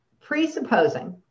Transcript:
presupposing